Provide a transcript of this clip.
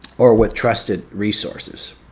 or with trusted resources